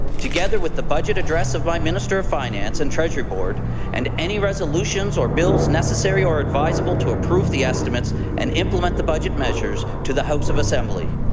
together with the address address of my minister of finance and treasury board and any resolution or bills necessary or advisable to approve the estimates and implement the budget members to the house of assembly.